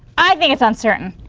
i think it's uncertain.